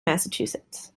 massachusetts